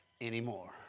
anymore